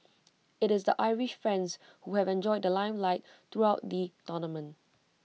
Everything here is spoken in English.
IT is the Irish friends who have enjoyed the limelight throughout the tournament